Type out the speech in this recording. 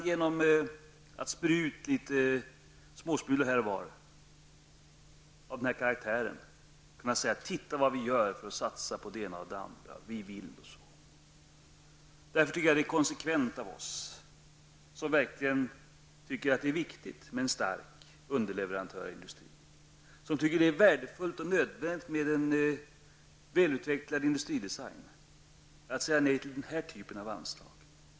Genom att strö ut småsmulor här och var av den här karaktären kan socialdemokraterna slå sig för bröstet och säga: Titta, vad mycket vi gör för att satsa på det ena eller det andra! Det är därför konsekvent av oss, som anser det vara viktigt med en stark underleverantörsindustri och som tycker att det är värdefullt och nödvändigt med en välutvecklad industridesign, att säga nej till den här typen av anslag.